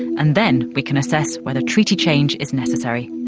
and then we can assess whether treaty change is necessary.